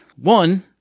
One